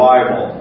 Bible